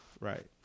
Right